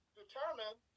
determine